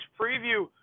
Preview